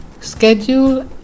schedule